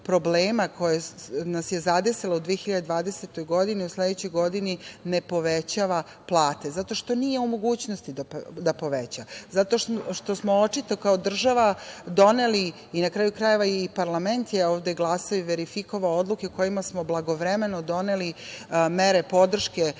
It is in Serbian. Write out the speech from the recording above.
koji nas je zadesio u 2020. godini, u sledećoj godini ne povećava plate zato što nije u mogućnosti da poveća, zato što smo očito kao država doneli, na kraju krajeva i parlament je ovde glasao i verifikovao odluke kojima smo blagovremeno doneli mere podrške